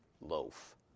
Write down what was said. loaf